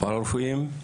הפארה-רפואיים,